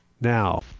now